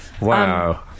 Wow